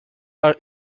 are